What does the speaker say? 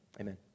Amen